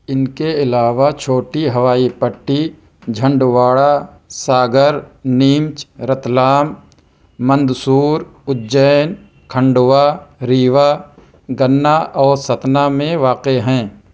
ان کے علاوہ چھوٹی ہوائی پٹی جھندواڑہ ساگر نیمچ رتلام مندسور اجین کھنڈوا ریوا گنا اور ستنا میں واقع ہیں